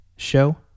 Show